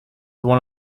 one